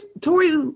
Tori